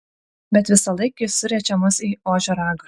bet visąlaik jis suriečia mus į ožio ragą